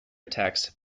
attacks